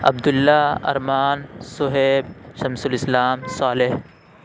Abdul Allah Arman Suhaib Shams ul Islam Saleh